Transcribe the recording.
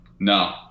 No